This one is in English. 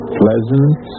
pleasant